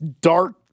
dark